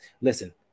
Listen